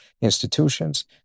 institutions